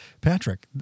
Patrick